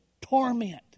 torment